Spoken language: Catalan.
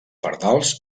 pardals